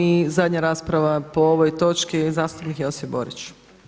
I zadnja rasprava po ovoj točki je zastupnik Josip Borić.